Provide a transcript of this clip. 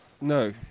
No